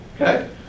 Okay